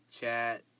chat